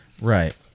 Right